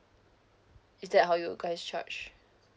is that how you guys charge